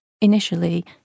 Initially